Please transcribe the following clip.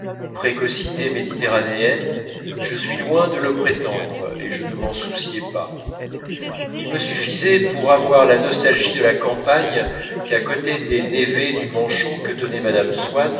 précocité méditerranéenne je suis loin de le prétendre et je ne m'en souciais pas il me suffisait pour avoir la nostalgie de la campagne qu'à côté des névés du manchon que tenait mme